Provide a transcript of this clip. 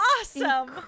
awesome